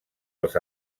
els